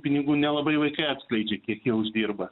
pinigų nelabai vaikai atskleidžia kiek jie uždirba